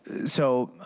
so,